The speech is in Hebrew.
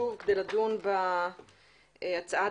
ועדת הפנים והגנת הסביבה מתכנסת שוב כדי לדון בהצעת